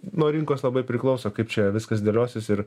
nuo rinkos labai priklauso kaip čia viskas dėliosis ir